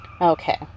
Okay